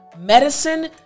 medicine